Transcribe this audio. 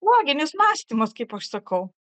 loginis mąstymas kaip aš sakau